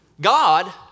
God